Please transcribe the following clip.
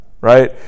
right